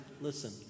listen